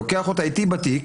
לוקח אותה איתי בתיק,